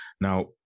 Now